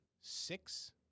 six